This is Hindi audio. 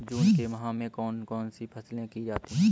जून के माह में कौन कौन सी फसलें की जाती हैं?